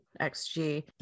xg